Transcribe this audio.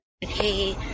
hey